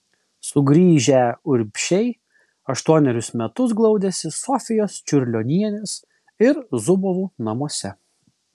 sugrįžę urbšiai aštuonerius metus glaudėsi sofijos čiurlionienės ir zubovų namuose